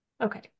Okay